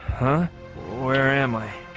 huh where am i